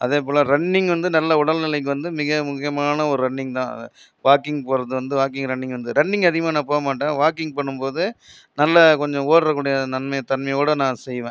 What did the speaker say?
அதே போல ரன்னிங் வந்து நல்ல உடல்நலைக்கு வந்து மிக முக்கியமான ஒரு ரன்னிங் தான் வாக்கிங் போகிறது வந்து வாக்கிங்கும் ரன்னிங்கும் வந்து ரன்னிங் அதிகமாக நான் போக மாட்டேன் வாக்கிங் பண்ணும் போது நல்ல கொஞ்சம் ஓட்டுற கூடிய நன்மை தன்மையோட நான் செய்வேன்